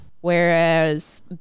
Whereas